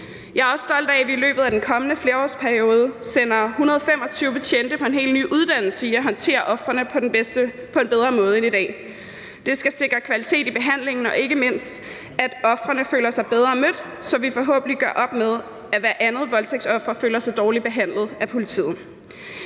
Jeg er også stolt af, at vi i løbet af den kommende flerårsperiode sender 125 betjente på en helt ny uddannelse i at håndtere ofrene på en bedre måde end i dag. Det skal sikre kvalitet i behandlingen og ikke mindst sikre, at ofrene føler sig bedre mødt, så vi forhåbentlig gør op med, at hvert andet voldtægtsoffer føler sig dårligt behandlet af politiet.